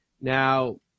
Now